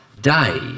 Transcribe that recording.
day